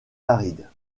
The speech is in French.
aride